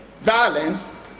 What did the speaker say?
violence